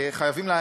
שחייבים,